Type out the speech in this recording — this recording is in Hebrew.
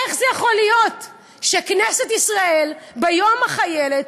איך יכול להיות שכנסת ישראל ביום החיילת